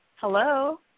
Hello